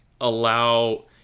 allow